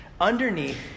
Underneath